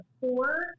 four